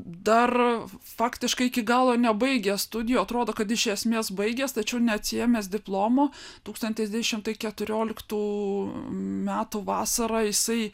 dar faktiškai iki galo nebaigęs studijų atrodo kad iš esmės baigęs tačiau neatsiėmęs diplomo tūkstantis devyni šimtai keturioliktų metų vasarą jisai